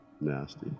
nasty